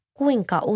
kuinka